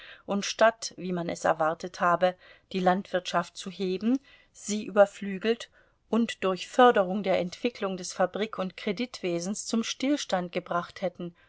und statt wie man es erwartet habe die landwirtschaft zu heben sie überflügelt und durch förderung der entwicklung des fabrik und kreditwesens zum stillstand gebracht hätten